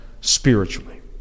spiritually